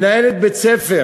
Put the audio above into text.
מנהלת בית-ספר